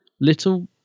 little